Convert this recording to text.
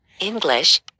English